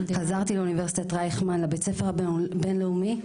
חזרתי לאוניברסיטת רייכמן לבית ספר הבין לאומי,